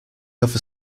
other